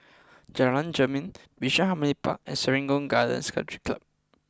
Jalan Jermin Bishan Harmony Park and Serangoon Gardens Country Club